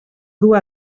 dur